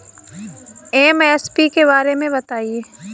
MSP के बारे में बतायें?